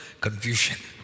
confusion